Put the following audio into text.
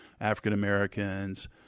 African-Americans